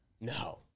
No